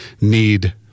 need